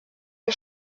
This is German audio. der